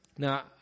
Now